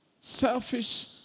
Selfish